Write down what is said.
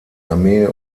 armee